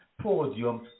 podium